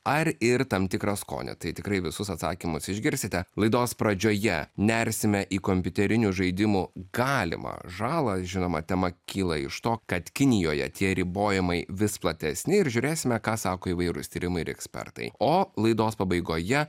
ar ir tam tikrą skonį tai tikrai visus atsakymus išgirsite laidos pradžioje nersime į kompiuterinių žaidimų galimą žalą žinoma tema kyla iš to kad kinijoje tie ribojimai vis platesni ir žiūrėsime ką sako įvairūs tyrimai ir ekspertai o laidos pabaigoje